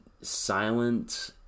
silent